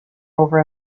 over